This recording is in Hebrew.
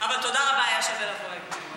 אבל תודה רבה, היה שווה לבוא היום.